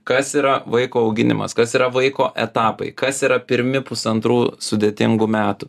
kas yra vaiko auginimas kas yra vaiko etapai kas yra pirmi pusantrų sudėtingų metų